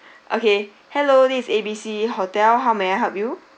okay hello this is A B C hotel how may I help you